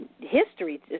history